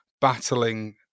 battling